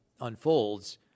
unfolds